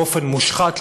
באופן מושחת,